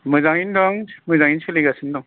मोजाङैनो दं मोजाङैनो सोलिगासिनो दं